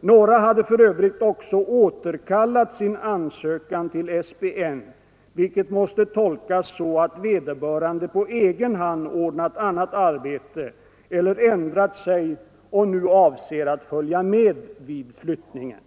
Några hade för övrigt också återkallat sin ansökan till SPN, vilket måste tolkas så att vederbörande på egen hand ordnat annat arbete eller ändrat sig och nu avser att följa med vid flyttningen.